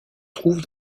trouve